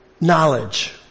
knowledge